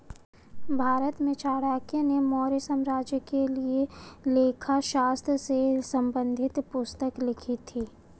भारत में चाणक्य ने मौर्य साम्राज्य के लिए लेखा शास्त्र से संबंधित पुस्तक लिखी थी